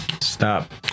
Stop